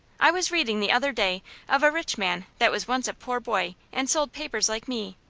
i was readin' the other day of a rich man that was once a poor boy, and sold papers like me.